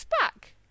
Back